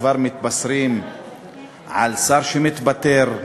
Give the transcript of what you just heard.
כבר מתבשרים על שר שמתפטר,